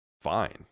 fine